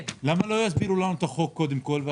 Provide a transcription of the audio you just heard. למה לא יסבירו לנו קודם כל את החוק.